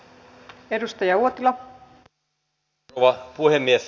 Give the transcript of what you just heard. arvoisa rouva puhemies